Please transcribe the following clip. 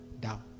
down